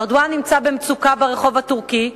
ארדואן נמצא במצוקה ברחוב הטורקי,